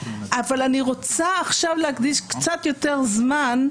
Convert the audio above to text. אבל אני רוצה עכשיו להקדיש קצת יותר זמן,